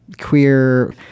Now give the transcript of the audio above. queer